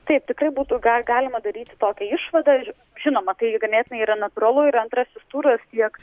taip tikrai būtų galima daryti tokią išvadą ir žinoma tai ganėtinai yra natūralu ir antrasis turas tiek